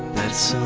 let's